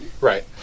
Right